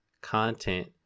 content